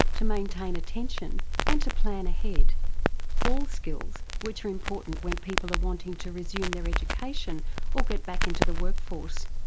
to maintain attention and to plan ahead all skills which are important when people are wanting to resume their education or get back into the workforce.